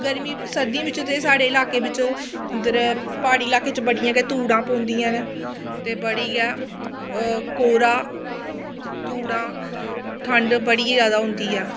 गर्मी सर्दियें बिच्च ते साढ़े इलाके बिच्च इद्धर प्हाड़ी इलाके च बडियां गे धूड़ा पौंदियां न ते बड़ी गै कोह्रा धूड़ा ठण्ड बड़ी गै ज्यादा होंदी ऐ